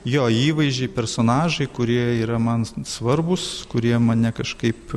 jo įvaizdžiai personažai kurie yra man svarbūs kurie mane kažkaip